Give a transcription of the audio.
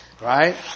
Right